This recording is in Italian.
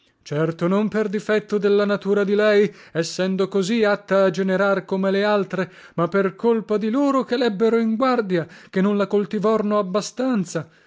certo non per difetto della natura di lei essendo così atta a generar come le altre ma per colpa di loro che lebbero in guardia che non la coltivorno a bastanza